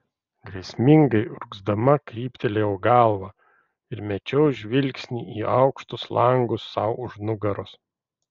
grėsmingai urgzdama kryptelėjau galvą ir mečiau žvilgsnį į aukštus langus sau už nugaros